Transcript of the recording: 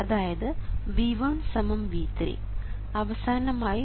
അതായത് V1 V3